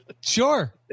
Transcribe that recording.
sure